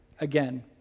again